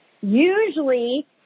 usually